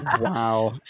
Wow